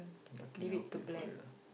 lucky never pay for it ah